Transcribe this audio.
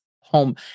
home